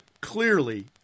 clearly